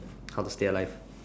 how to stay alive